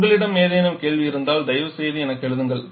உங்களிடம் ஏதேனும் கேள்வி இருந்தால் தயவுசெய்து எனக்கு எழுதுங்கள்